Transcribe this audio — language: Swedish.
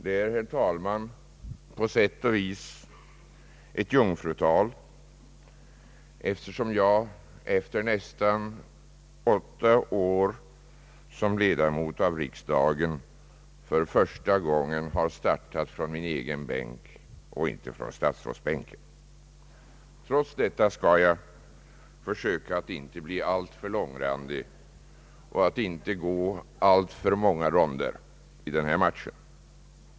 Det är, herr talman, på sätt och vis ett jungfrutal, eftersom jag efter nästan åtta år som ledamot av riksdagen nu för första gången har startat från min egen bänk och inte från statsrådsbänken. Trots detta skall jag försöka att inte bli alltför långrandig och inte gå alltför många ronder i denna match.